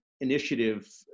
initiative